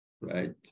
right